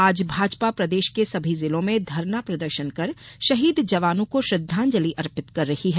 आज भाजपा प्रदेश के सभी जिलों में धरना प्रदर्शन कर शहीद जवानों को श्रद्धांजलि अर्पित कर रही है